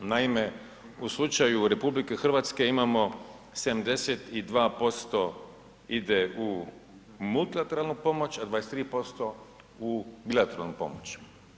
Naime, u slučaju RH imamo 72% ide u multilateralnu pomoć, a 23% u bilateralnu pomoć.